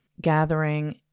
gathering